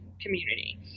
community